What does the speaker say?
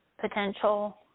potential